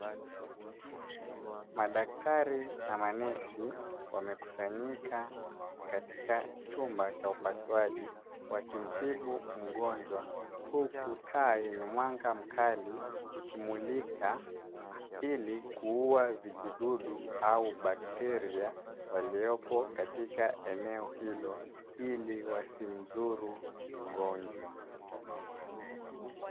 Madaktari na manesi wamekusanyika katika chumba cha upasuaji wakimtibu mgonjwa, huku taa yenye mwanga mkali ikimulika ili kuua vijidudu au bakteria waliopo katika eneo hilo ili wasimdhuru mgonjwa.